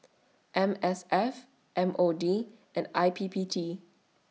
M S F M O D and I P P T